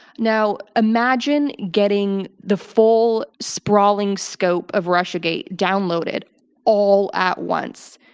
now imagine getting the full, sprawling scope of russiagate downloaded all at once.